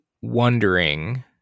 wondering